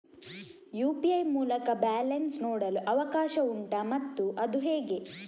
UPI ಮೂಲಕ balance ನೋಡಲು ಅವಕಾಶ ಉಂಟಾ ಮತ್ತು ಅದು ಹೇಗೆ?